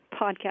podcast